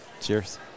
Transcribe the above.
Cheers